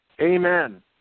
Amen